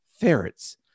ferrets